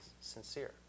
sincere